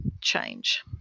change